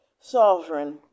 sovereign